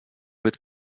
with